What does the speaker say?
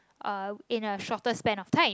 uh in a shorter span of time